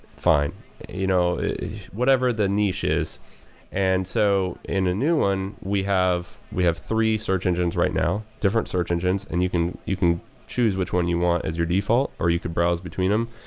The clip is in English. fine you know whatever the niche is and so in a new one, we have we have three search engines right now, different search engines and you can you can choose which one you want as your default, or you could browse between them.